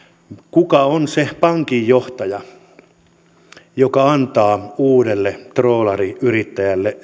kuka on se pankinjohtaja joka antaa uudelle troolariyrittäjälle